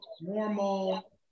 normal